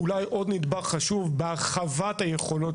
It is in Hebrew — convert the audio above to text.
לטובת העניין